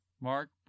Mark